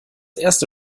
erste